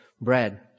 bread